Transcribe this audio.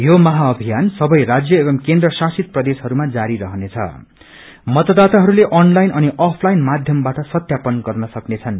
यो मा अभियान सबै राज्य एवं केन्द्र शासित प्रदेशहरूमा जारी रहनेछ मतदाताले आनलाईनन अनि अफ लाइन माध्यमवाट सत्यापन गर्न सक्नेछन्